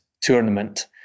tournament